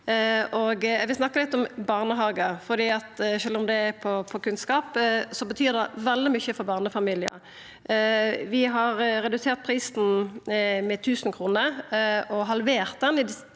Eg vil snakka litt om barnehagar, for sjølv om det er på kunnskapsfeltet, betyr det veldig mykje for barnefamiliar. Vi har redusert prisen med 1 000 kr og halvert prisen i distriktskommunar.